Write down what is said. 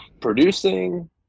producing